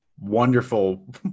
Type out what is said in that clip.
wonderful